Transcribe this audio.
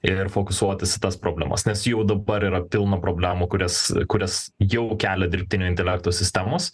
ir foksuotis į tas problemas nes jau dabar yra pilna problemų kurias kurias jau kelia dirbtinio intelekto sistemos